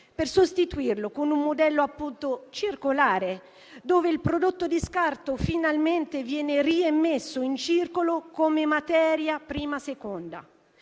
per sostituirlo con un modello appunto circolare, dove il prodotto di scarto finalmente viene rimesso in circolo come materia prima seconda.